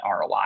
ROI